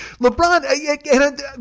LeBron